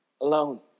alone